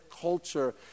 culture